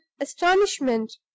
astonishment